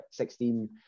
16